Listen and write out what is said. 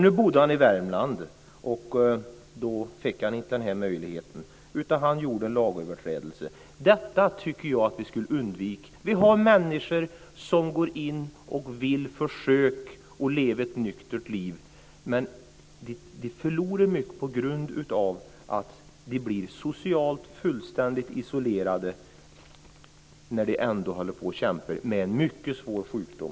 Nu bodde han i Värmland, och då fick han inte den möjligheten utan gjorde sig skyldig till en lagöverträdelse. Detta tycker jag att vi skulle undvika. Det finns människor som vill försöka leva ett nyktert liv, men de förlorar mycket på grund av att de blir socialt fullständigt isolerade när de dessutom kämpar med en mycket svår sjukdom.